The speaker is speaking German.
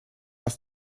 ist